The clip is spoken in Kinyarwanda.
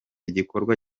igikorwa